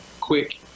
quick